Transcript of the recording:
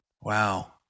Wow